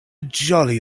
jolly